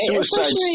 suicide